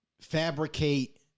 fabricate